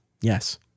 Yes